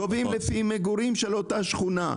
הן גובות לפי מגורים של אותה שכונה.